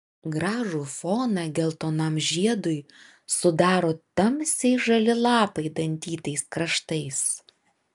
gražų foną geltonam žiedui sudaro tamsiai žali lapai dantytais kraštais